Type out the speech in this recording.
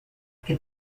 que